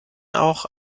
auch